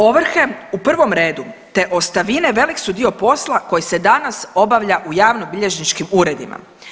Ovrhe u prvom redu, te ostavine velik su dio posla koji se danas obavlja u javnobilježničkim uredima.